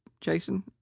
jason